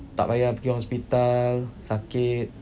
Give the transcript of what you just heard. tak payah pergi hospital sakit